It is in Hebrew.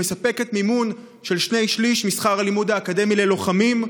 שמספקת מימון של שני שלישים משכר הלימוד האקדמי ללוחמים,